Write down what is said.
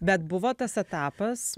bet buvo tas etapas